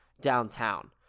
downtown